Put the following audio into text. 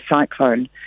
Cyclone